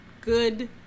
good